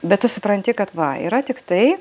bet tu supranti kad va yra tik tai